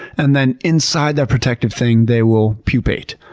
and then inside that protective thing they will pupate.